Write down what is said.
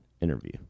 interview